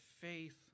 faith